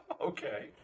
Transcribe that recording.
Okay